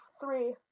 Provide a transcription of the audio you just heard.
three